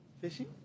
fishing